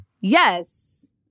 Yes